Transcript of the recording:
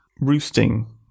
roosting